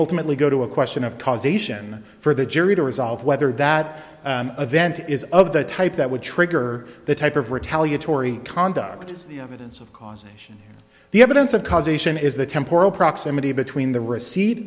ultimately go to a question of causation for the jury to resolve whether that event is of the type that would trigger the type of retaliatory conduct the evidence of causation the evidence of causation is the temporal proximity between the receipt